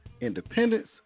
independence